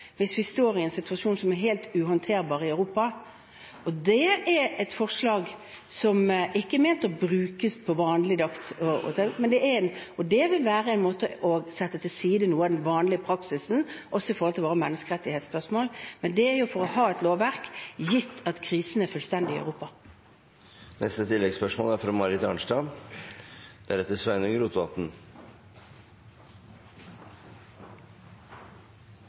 hvis vi står i en situasjon som er helt uhåndterbar i Europa? Det er et forslag som ikke er ment å brukes til vanlig, og det vil være en måte å sette til side noe av den vanlige praksisen på, også i forhold til menneskerettighetsspørsmål. Men det er for å ha et lovverk gitt at krisen er fullstendig i